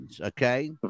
okay